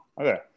Okay